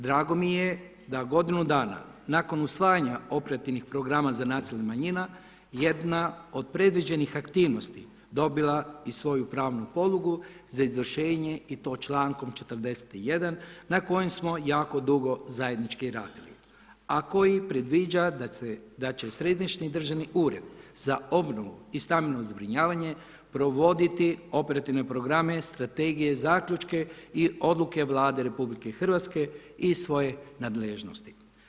Drago mi je da godinu dana nakon usvajanja operativnih programa za nacionalne manjine jedna od predviđenih aktivnosti je dobila i svoju pravnu podlogu za izvršenje i to čl. 41. na kojem smo jako dugo zajednički radili, a koji predviđa da će Središnji državni ured za obnovu i stambeno zbrinjavanje provoditi operativne programe, strategije, zaključke i odluke Vlade Republike Hrvatske iz svoje nadležnosti.